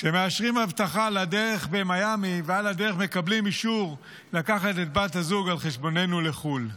ועל הדרך מקבלים אישור לקחת את בת הזוג על חשבוננו לחו"ל?